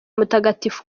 mutagatifu